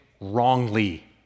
wrongly